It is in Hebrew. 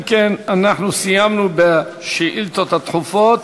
אם כן, סיימנו עם השאילתות הדחופות.